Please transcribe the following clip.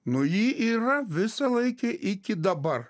nu ji yra visalaikė iki dabar